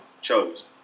chose